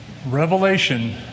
Revelation